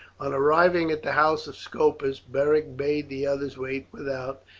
on arriving at the house of scopus beric bade the others wait without,